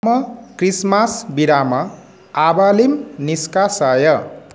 मम क्रिस्मस् विराम आवलिं निष्कासय